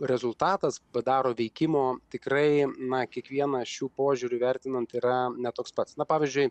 rezultatas padaro veikimo tikrai na kiekvieną šių požiūrių vertinant yra ne toks pats na pavyzdžiui